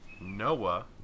Noah